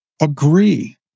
agree